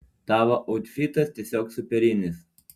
tavo autfitas tiesiog superinis